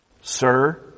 Sir